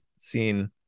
seen